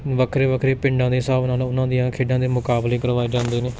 ਵੱਖਰੇ ਵੱਖਰੇ ਪਿੰਡਾਂ ਦੇ ਹਿਸਾਬ ਨਾਲ ਉਹਨਾਂ ਦੀਆਂ ਖੇਡਾਂ ਦੇ ਮੁਕਾਬਲੇ ਕਰਵਾਏ ਜਾਂਦੇ ਨੇ